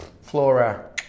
Flora